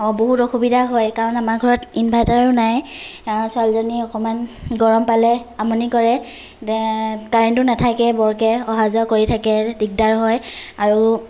বহুত অসুবিধা হয় কাৰণ আমাৰ ঘৰত ইনভাৰ্টাৰো নাই ছোৱালীজনী অকণমান গৰম পালে আমনি কৰে কাৰেন্টো নাথাকে বৰকৈ অহা যোৱা কৰি থাকে দিগদাৰ হয় আৰু